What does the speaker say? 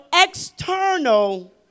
external